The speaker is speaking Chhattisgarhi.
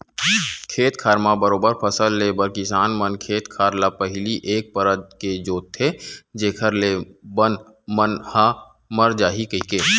खेत खार म बरोबर फसल ले बर किसान मन खेत खार ल पहिली एक परत के जोंतथे जेखर ले बन मन ह मर जाही कहिके